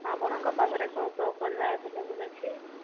ଆପଣଙ୍କ ପାଖରେ କୋଉ କୋଉ ପରିବା ଆଭେଲେବୁଲ ଅଛି